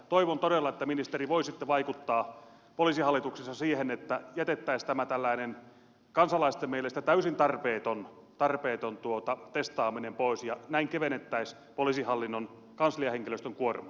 toivon todella ministeri että voisitte vaikuttaa poliisihallituksessa siihen että jätettäisiin tämä tällainen kansalaisten mielestä täysin tarpeeton testaaminen pois ja näin kevennettäisiin poliisihallinnon kansliahenkilöstön kuormaa